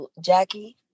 Jackie